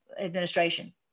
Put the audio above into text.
administration